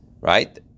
right